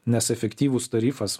nes efektyvūs tarifas